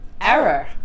error